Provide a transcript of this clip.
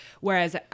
Whereas